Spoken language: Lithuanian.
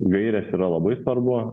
gairės yra labai svarbu